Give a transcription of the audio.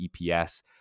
EPS